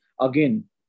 again